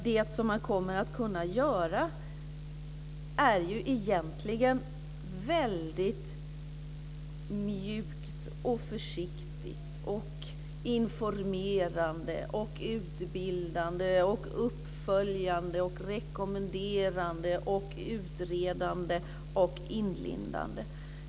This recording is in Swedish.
Det som man kommer att kunna göra är egentligen väldigt mjukt och försiktigt. Det är ett informerande, utbildande, uppföljande, rekommenderande, utredande och inlindande.